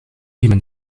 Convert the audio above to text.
women